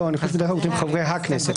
לא, אני חושב "שני חברי הכנסת".